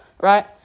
right